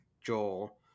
Joel